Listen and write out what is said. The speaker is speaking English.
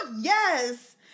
yes